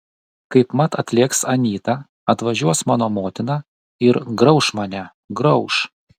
kaipmat atlėks anyta atvažiuos mano motina ir grauš mane grauš